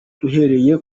duhereye